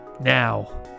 Now